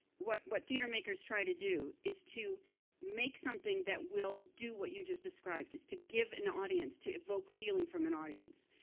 what what theater makers try to do, is to make something that will do what you just described, is to give an audience, to evoke feeling from an audience.